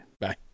Bye